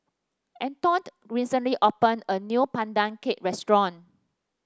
Eldon recently opened a new Pandan Cake Restaurant